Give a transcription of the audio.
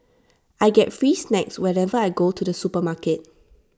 I get free snacks whenever I go to the supermarket